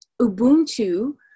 Ubuntu